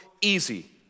easy